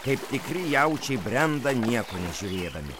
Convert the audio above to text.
kaip tikri jaučiai brenda nieko nežiūrėdami